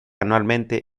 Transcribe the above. anualmente